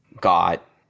got